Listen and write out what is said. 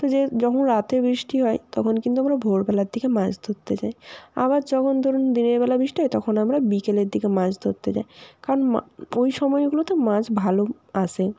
তো যে যখন রাতে বৃষ্টি হয় তখন কিন্তু আমরা ভোরবেলার দিকে মাছ ধরতে যাই আবার যখন ধরুন দিনের বেলা বৃষ্টি হয় তখন আমরা বিকেলের দিকে মাছ ধরতে যাই কারণ মা ওই সময়গুলোতে মাছ ভালো আসে